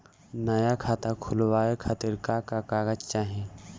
नया खाता खुलवाए खातिर का का कागज चाहीं?